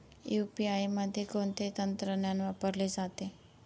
UPI मध्ये कोणते तंत्रज्ञान वापरले जाते?